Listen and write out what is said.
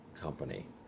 company